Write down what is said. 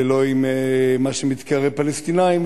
ולא עם מה שמתקרא "פלסטינים".